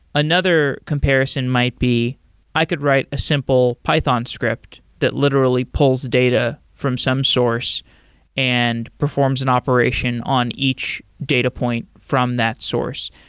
another comparison might be i could write a simple python script that literally pulls data from some source and performs an operation on each data point from that source.